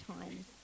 times